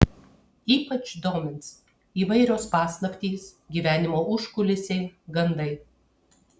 ypač domins įvairios paslaptys gyvenimo užkulisiai gandai